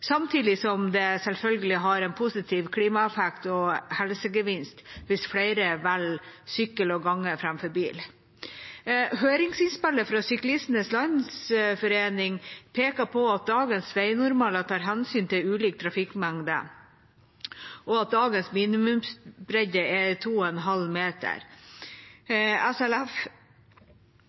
samtidig som det selvfølgelig har en positiv klimaeffekt og helsegevinst hvis flere velger sykkel og gange framfor bil. Høringsinnspillet fra Syklistenes Landsforening peker på at dagens veinormaler tar hensyn til ulik trafikkmengde, og at dagens minimumsbredde er 2,5 meter.